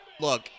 Look